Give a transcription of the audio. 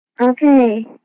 Okay